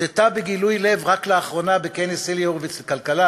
הודתה בגילוי לב לאחרונה בכנס אלי הורביץ לכלכלה